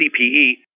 CPE